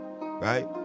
right